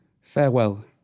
Farewell